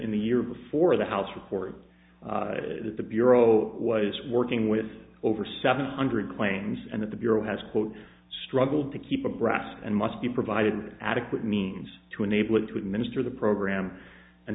in the year before the house report that the bureau was working with over seven hundred claims at the bureau has quote struggled to keep abreast and must be provided an adequate means to enable it to administer the program and